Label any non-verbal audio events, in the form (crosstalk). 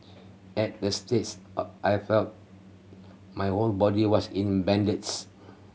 at the (unintelligible) all I felt my own body was in (unintelligible)